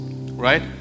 Right